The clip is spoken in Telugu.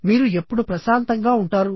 మీరు ఎప్పుడు ప్రశాంతంగా ఉంటారు